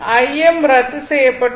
Im ரத்து செய்யப்பட்டது